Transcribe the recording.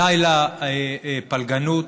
די לפלגנות.